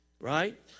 Right